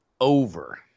Over